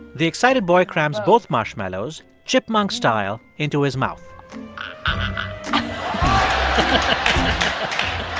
the excited boy crams both marshmallows, chipmunk style, into his mouth um